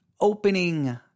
opening